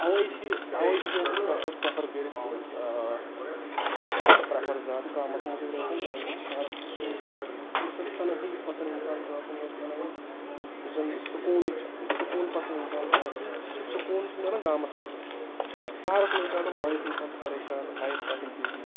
اَوے چھِ اَواے چھُس بہٕ ہؠکَان پرٛٮ۪تھ ساٰتہٕ پرٛؠفَر کٔرِتھ کہِ بہٕ کَرٕ پرٛؠفَر زیادٕ گامَس منٛزٕے روزُن بہ نِٮیَسبَتہِ شہرٕ کھۄتہٕ کیٛازِ کہِ یُس زَن تَنہٕٲیی پَسنٛد اِنسان چھُ آسَان یا تَنہٕٲیی یُس زَن سکوٗنٕچ سکوٗن پَسنٛد اِنسان چھُ آسَان سُہ سکوٗن چھُ مِلان گامَس منٛزٕے شَہرَس منٛز چھِ آسَان لایِف اِنسان پریشان لایِف چھِ آسَان بِزی